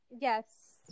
Yes